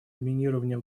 доминирования